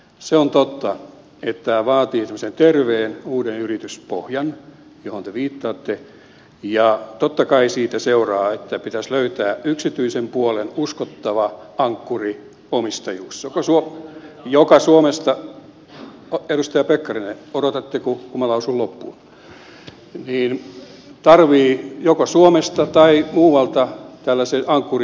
se on totta että tämä vaatii semmoisen terveen uuden yrityspohjan johon te viittaatte ja totta kai siitä seuraa että pitäisi löytää yksityisen puolen uskottava ankkuri omistaja x joka suo ankkuriomistajuus joko suomesta edustaja pekkarinen odotatteko kun minä lausun loppuun tarvitaan joko suomesta tai muualta tällainen ankkuriomistajuus